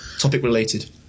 Topic-related